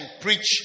preach